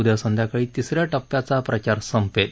उद्या संध्याकाळी तिसऱ्या टप्प्याचा प्रचार संपेल